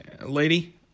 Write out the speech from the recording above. lady